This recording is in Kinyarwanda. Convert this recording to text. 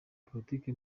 politike